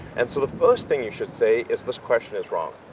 and so the first thing you should say is, this question is wrong.